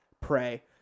Pray